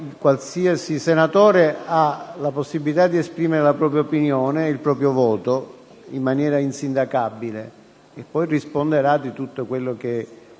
qualsiasi senatore ha la possibilità di esprimere la propria opinione e il proprio voto in maniera insindacabile. Risponderà poi di ciò che